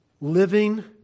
living